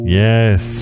yes